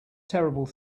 terrible